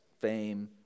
fame